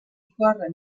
corren